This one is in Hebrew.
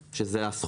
לעלות משמעותית.